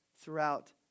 throughout